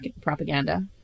propaganda